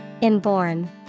Inborn